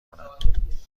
کنم